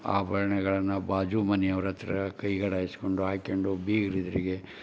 ಆಭರ್ಣಗಳನ್ನು ಬಾಜು ಮನೆಯವ್ರ ಹತ್ರ ಕೈಗಡ ಇಸಕೊಂಡು ಹಾಯ್ಕ್ಯಂಡು ಬೀಗ್ರ ಎದುರಿಗೆ